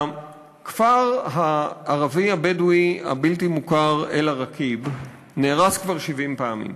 הכפר הערבי הבדואי הבלתי-מוכר אל-עראקיב נהרס כבר 70 פעמים,